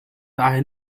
daher